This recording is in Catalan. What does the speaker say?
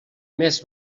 més